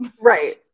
Right